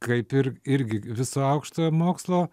kaip ir irgi viso aukštojo mokslo